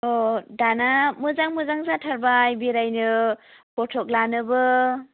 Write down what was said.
अ' दाना मोजां मोजां जाथारबाय बेरायनो फट' लानोबो